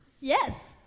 Yes